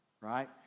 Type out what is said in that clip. right